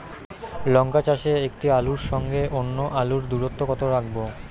লঙ্কা চাষে একটি আলুর সঙ্গে অন্য আলুর দূরত্ব কত রাখবো?